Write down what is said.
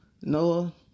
Noah